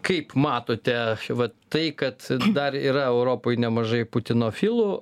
kaip matote vat tai kad dar yra europoj nemažai putinofilų